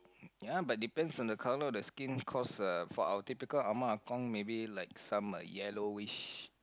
ya but depends on the colour of the skin cause uh for our typical ah ma ah gong maybe like some yellowish